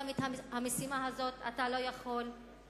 גם את המשימה הזאת אתה לא יכול לעשות.